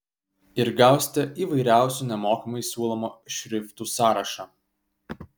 ir gausite įvairiausių nemokamai siūlomų šriftų sąrašą